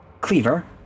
Cleaver